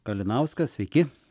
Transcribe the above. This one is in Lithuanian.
kalinauskas sveiki